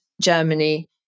Germany